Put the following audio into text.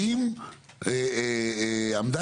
זה חשוב, כי הוא לא הביא עוד תקנים חדשים.